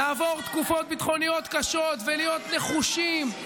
לעבור תקופות ביטחוניות קשות ולהיות נחושים,